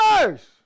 first